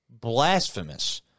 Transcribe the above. blasphemous